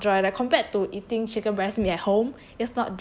not to me is not dry leh compared to eating chicken breast meat at home